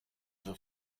the